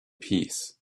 peace